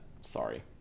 sorry